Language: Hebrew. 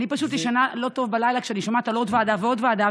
אני פשוט ישנה לא טוב בלילה כשאני שומעת על עוד ועדה ועוד ועדה,